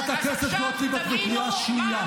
את חי על הביטוי הזה.